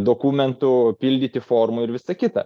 dokumentų pildyti formų ir visa kita